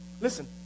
Listen